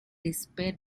despair